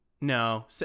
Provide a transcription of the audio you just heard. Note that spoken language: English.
No